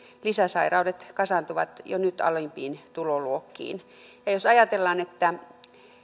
lisäsairaudet kasaantuvat jo nyt alimpiin tuloluokkiin jos ajatellaan että